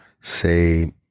say